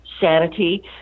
sanity